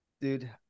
dude